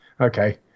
Okay